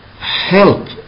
help